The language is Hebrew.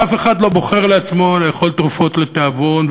ואף אחד לא בוחר לעצמו לאכול תרופות לתיאבון,